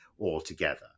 altogether